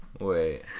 wait